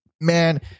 Man